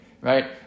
right